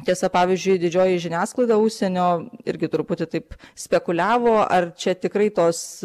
tiesa pavyzdžiui didžioji žiniasklaida užsienio irgi truputį taip spekuliavo ar čia tikrai tos